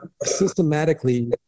systematically